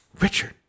Richard